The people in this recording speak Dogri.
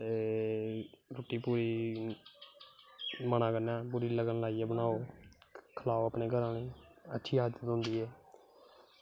ते रुट्टी बनाना कन्नै पूरा लगन लाइयै बनाओ खलाओ अपने घर आह्लें गी अच्छी आदत पौंदी ऐ